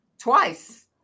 Twice